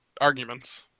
arguments